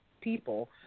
people